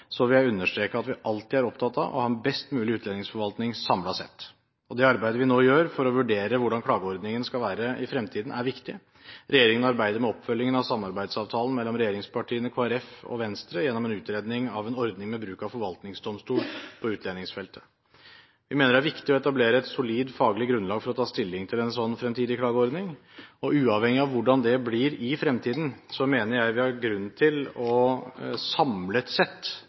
vil jeg understreke at vi alltid er opptatt av å ha en best mulig utlendingsforvaltning samlet sett. Det arbeidet vi nå gjør for å vurdere hvordan klageordningen skal være i fremtiden, er viktig. Regjeringen arbeider med oppfølgingen av samarbeidsavtalen mellom regjeringspartiene og Kristelig Folkeparti og Venstre gjennom en utredning av en ordning med bruk av forvaltningsdomstol på utlendingsfeltet. Vi mener det er viktig å etablere et solid, faglig grunnlag for å ta stilling til en slik fremtidig klageordning. Og uavhengig av hvordan det blir i fremtiden, mener jeg vi har grunn til samlet sett